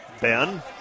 Ben